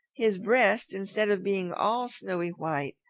his breast, instead of being all snowy white,